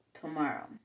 tomorrow